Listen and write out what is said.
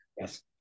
Yes